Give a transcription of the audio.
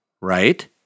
right